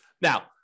Now